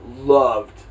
loved